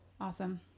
Awesome